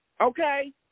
okay